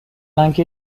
آنکه